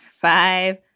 five